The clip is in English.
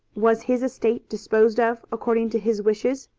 was his estate disposed of according to his wishes?